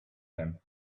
them